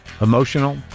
emotional